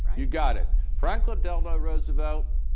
you got it. franklin delano roosevelt,